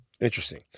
Interesting